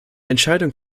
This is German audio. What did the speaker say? entscheidung